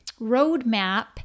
roadmap